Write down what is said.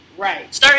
Right